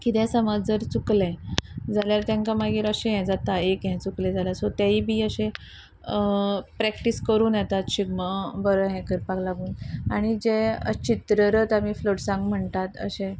की समज जर चुकलें जाल्यार तांकां मागीर अशें हें जाता एक हें चुकलें जाल्यार सो तेंवूय बी अशें प्रॅक्टीस करून येतात शिगमो बरो हें करपाक लागून आनी जे चित्ररथ आमी फ्लॉटांक म्हणटात अशें